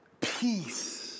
peace